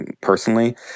personally